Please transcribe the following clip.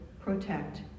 protect